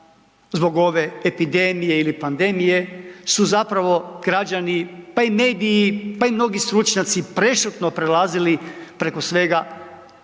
zbog ove epidemije ili pandemije su zapravo građani, pa i mediji, pa i mnogi stručnjaci prešutno prelazili preko svega,